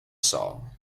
saw